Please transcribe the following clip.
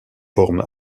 forme